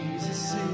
Jesus